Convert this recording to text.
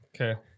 Okay